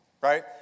right